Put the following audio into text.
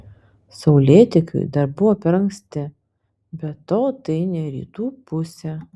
saulėtekiui dar buvo per anksti be to tai ne rytų pusė